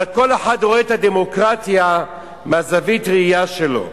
אבל כל אחד רואה את הדמוקרטיה מזווית הראייה שלו.